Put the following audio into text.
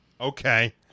Okay